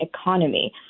economy